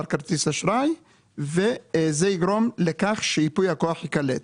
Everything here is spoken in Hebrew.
כרטיס אשראי וזה יגרום לכך שייפוי הכוח ייקלט.